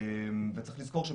השקף הבא